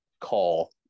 call